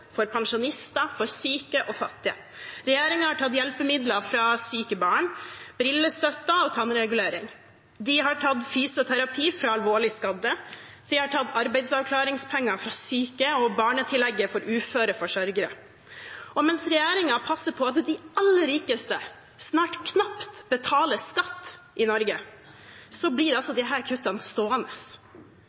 pensjonister, syke og fattige. Regjeringen har tatt hjelpemidler fra syke barn – brillestøtten og tannregulering. De har tatt fysioterapi fra alvorlig skadde, og de har tatt arbeidsavklaringspenger fra syke og barnetillegget for uføre forsørgere. Og mens regjeringen passer på at de aller rikeste snart knapt betaler skatt i Norge, blir altså disse kuttene stående.